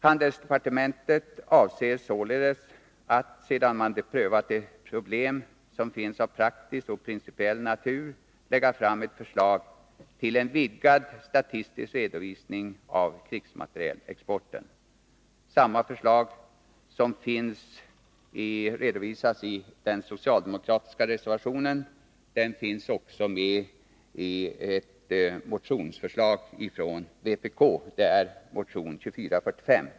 Handelsdepartementet avser således att, sedan man har prövat de problem som finns av praktisk och principiell natur, lägga fram ett förslag till en vidgad statistisk redovisning av krigsmaterielexporten. Samma förslag som finns redovisat i den socialdemokratiska reservationen har också lagts fram av vpk i motion 2445.